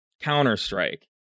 Counter-Strike